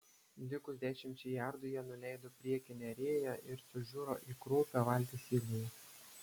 likus dešimčiai jardų jie nuleido priekinę rėją ir sužiuro į kraupią valties įgulą